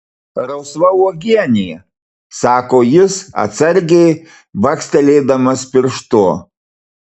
rausva uogienė sako jis atsargiai bakstelėdamas pirštu